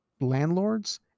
landlords